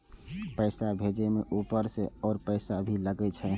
पैसा भेजे में ऊपर से और पैसा भी लगे छै?